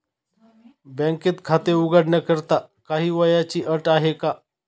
बँकेत खाते उघडण्याकरिता काही वयाची अट आहे का?